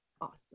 awesome